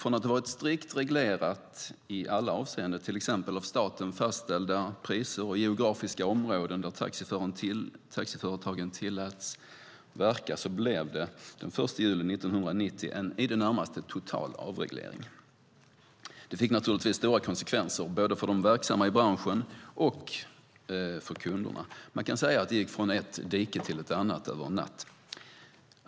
Från att ha varit strikt reglerad i alla avseenden, till exempel via av staten fastställda priser och geografiska områden där taxiföretagen tilläts verka, blev det den 1 juli 1990 en i det närmaste total avreglering. Det fick naturligtvis stora konsekvenser både för de verksamma i branschen och för kunderna. Man kan säga att det gick från ett dike till ett annat över en natt.